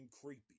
creepy